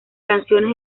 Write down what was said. canciones